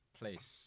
place